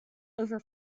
over